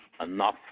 enough